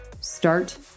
Start